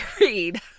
read